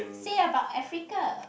say about Africa